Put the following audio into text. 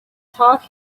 taught